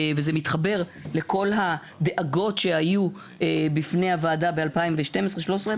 וזה מתחבר לכל הדאגות שהיו בפני הוועדה ב-2013.